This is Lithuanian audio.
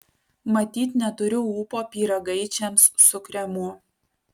matyt neturiu ūpo pyragaičiams su kremu